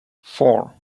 four